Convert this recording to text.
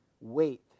wait